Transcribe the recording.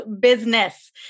Business